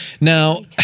Now